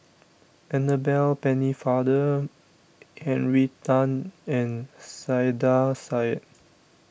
Annabel Pennefather Henry Tan and Saiedah Said